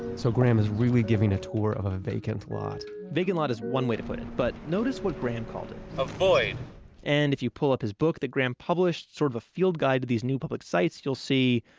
so, graham is really giving the ah tour of a vacant lot vacant lot is one way to put it, but notice what graham called it a void and if you pull up his book that graham published, sort of a field guide to these new public sites, you'll see,